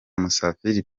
musafiri